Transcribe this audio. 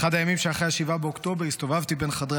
באחד הימים שאחרי 7 באוקטובר הסתובבתי בין חדרי